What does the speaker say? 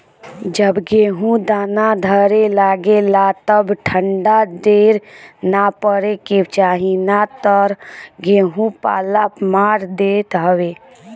जब गेहूँ दाना धरे लागे तब ठंडा ढेर ना पड़े के चाही ना तऽ गेंहू पाला मार देत हवे